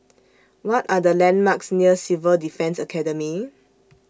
What Are The landmarks near Civil Defence Academy